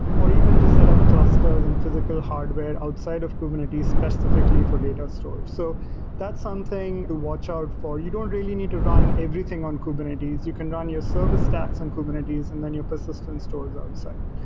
or even just set up clusters and physical hardware outside of kubernetes specifically for data stores. so that's something to watch out for. you don't really need to run everything on kubernetes. you can run your service stacks on kubernetes and then your persistence stores outside.